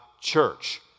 church